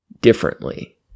differently